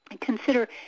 consider